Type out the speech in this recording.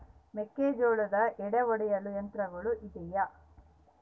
ಮೆಕ್ಕೆಜೋಳದ ಎಡೆ ಒಡೆಯಲು ಯಂತ್ರಗಳು ಇದೆಯೆ?